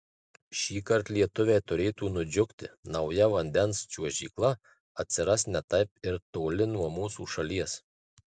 šįkart lietuviai turėtų nudžiugti nauja vandens čiuožykla atsiras ne taip ir toli nuo mūsų šalies